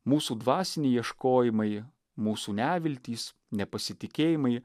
mūsų dvasiniai ieškojimai mūsų neviltys nepasitikėjimai